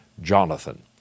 Jonathan